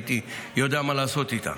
הייתי יודע מה לעשות איתם.